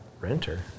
Renter